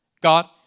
God